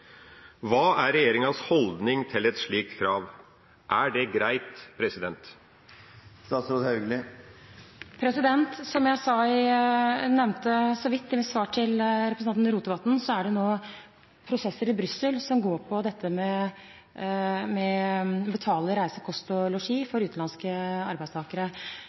Hva er regjeringas holdning til et slikt krav? Er det greit? Som jeg nevnte så vidt i mitt svar til representanten Rotevatn, er det nå prosesser i Brussel som går på dette med å betale reise, kost og losji for utenlandske arbeidstakere.